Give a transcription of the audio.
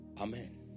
Amen